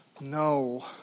no